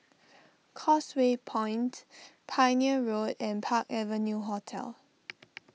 Causeway Point Pioneer Road and Park Avenue Hotel